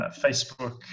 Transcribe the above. Facebook